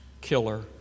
killer